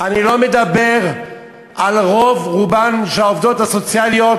אני לא מדבר על רובן הגדול של העובדות הסוציאליות,